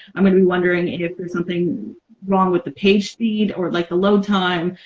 i'm gonna be wondering if there's something wrong with the page speed or like the load time.